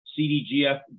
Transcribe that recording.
CDGF